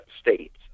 states